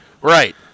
Right